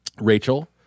Rachel